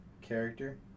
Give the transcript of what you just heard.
character